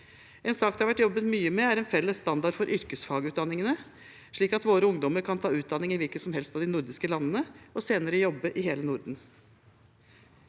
En sak det har vært jobbet mye med, er en felles standard for yrkesfagutdanningene, slik at våre ungdommer kan ta utdanning i hvilket som helst av de nordiske landene og senere jobbe i hele Norden.